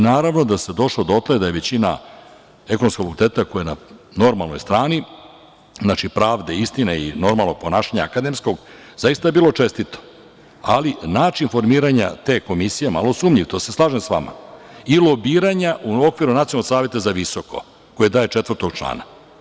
Naravno da se došlo dotle da je većina Ekonomskog fakulteta, koja je na normalnoj strani, znači, pravde, istine, i normalnog akademskog ponašanja, zaista je bilo čestito, ali način formiranja te komisije je malo sumnjiv, to se slažem sa vama, i lobiranja u okviru Nacionalnog saveta za visoko, koje daje četvrtog člana.